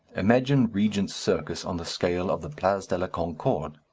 imagine regent's circus on the scale of the place de la concorde.